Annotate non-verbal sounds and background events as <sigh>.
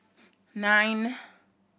nine <noise>